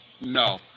no